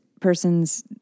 person's